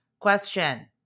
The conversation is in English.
Question